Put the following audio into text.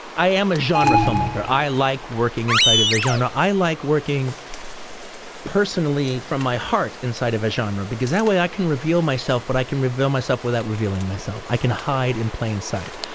i am a genre filmmaker. i like working inside of a genre. i like working personally from my heart inside of a genre, because that way i can reveal myself, but i can reveal myself without revealing myself. i can hide in plain sight.